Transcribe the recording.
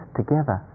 together